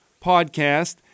podcast